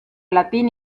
latín